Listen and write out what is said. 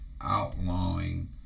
outlawing